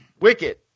Wicked